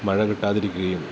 മഴ കിട്ടാതിരിക്കുകയും